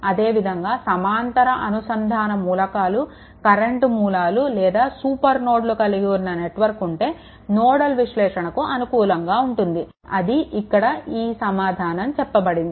అదేవిధంగా సమాంతర అనుసంధాన మూలకాలు కరెంట్ మూలాలు లేదా సూపర్ నోడ్లను కలిగి ఉన్న నెట్వర్క్ ఉంటే నోడల్ విశ్లేషణకు అనుకూలంగా ఉంటుంది ఇది ఇక్కడ ఈ సమాచారం చెప్పబడినది